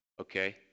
Okay